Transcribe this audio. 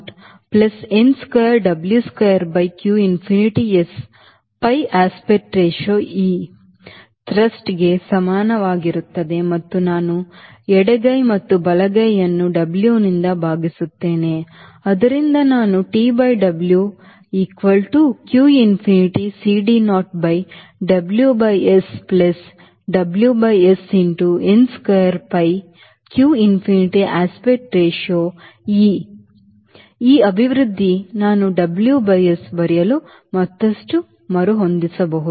q infinity S CD naught plus n square W square by q infinity S pi aspect ratio e thrust ಕ್ಕೆ ಸಮನಾಗಿರುತ್ತದೆ ಮತ್ತು ನಾನು ಎಡಗೈ ಮತ್ತು ಬಲಗೈಯನ್ನು Wನಿಂದ ಭಾಗಿಸುತ್ತೇನೆ ಆದ್ದರಿಂದ ನಾನು T by W equal to q infinity CD naught by W by S plus W by S into n square pi q infinity aspect ratio e ಈ ಅಭಿವ್ಯಕ್ತಿ ನಾನು WS ಬರೆಯಲು ಮತ್ತಷ್ಟು ಮರುಹೊಂದಿಸಬಹುದು